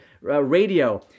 Radio